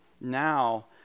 Now